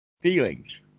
feelings